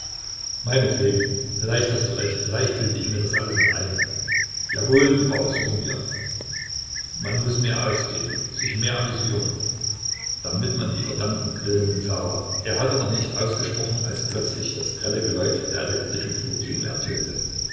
meinetwegen vielleicht hast du recht vielleicht bilde ich mir das alles nur ein jawohl die bar besuchen wir man muß mehr ausgehen sich mehr amüsieren damit man die verdammten grillen ver er hatte noch nicht ausgesprochen als plötzlich das grelle geläut der elektrischen flurklingel ertönte